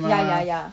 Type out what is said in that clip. ya ya ya